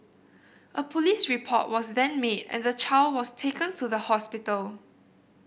a police report was then made and the child was taken to the hospital